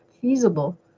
feasible